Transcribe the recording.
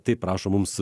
taip rašo mums